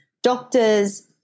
Doctors